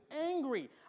angry